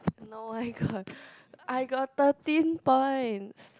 no I got I got thirteen points